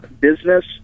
business